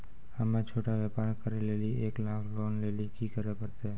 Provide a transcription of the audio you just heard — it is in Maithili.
हम्मय छोटा व्यापार करे लेली एक लाख लोन लेली की करे परतै?